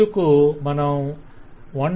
అందుకు మనం 1